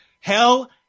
hell